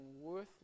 worthless